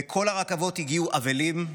בכל הרכבות הגיעו אבלים,